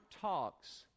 talks